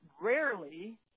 rarely